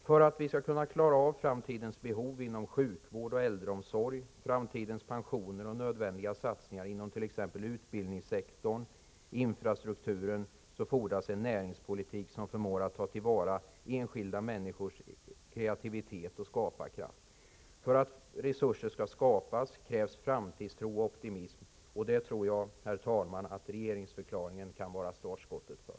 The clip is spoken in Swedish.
För att vi skall kunna klara av framtidens behov inom sjukvård och äldreomsorg, framtidens pensioner och nödvändiga satsningar inom t.ex. utbildningssektorn och infrastrukturen fordras en näringspolitik som förmår att ta till vara enskilda människors kreativitet och skaparkraft. För att resurser skall skapas krävs framtidstro och optimism. Detta tror jag, herr talman, att regeringsförklaringen kan vara startskottet för.